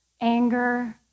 anger